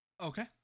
Okay